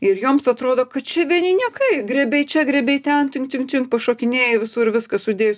ir joms atrodo kad čia vieni niekai griebei čia griebei ten čin čin čin pašokinėjai visur viską sudėjus